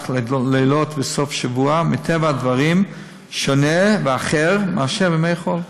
לילות ובסופי שבוע מטבע הדברים שונה ואחר מאשר בימי חול.